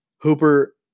Hooper